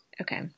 Okay